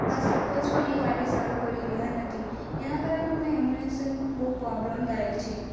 બસ સરપંચ પણ એ કાર્ય સારું કરી રહ્યા નથી એના કારણે અમને એમ્બુલન્સનો બહુ પોબ્લેમ થાય છે